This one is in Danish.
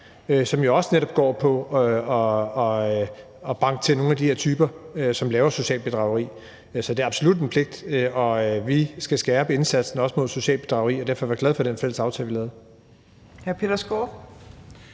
som også netop går på at banke til nogle af de her typer, der laver socialt bedrageri. Så det er absolut en pligt, og vi skal skærpe indsatsen, også mod socialt bedrageri, og derfor var jeg glad for den fælles aftale, vi lavede.